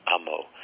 Amo